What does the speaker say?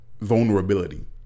vulnerability